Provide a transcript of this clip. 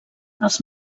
els